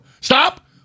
Stop